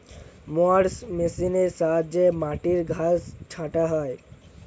mowers মেশিনের সাহায্যে মাটির ঘাস ছাঁটা হয়